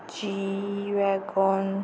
G wagon